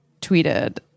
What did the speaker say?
tweeted